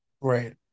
Right